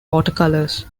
watercolors